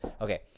okay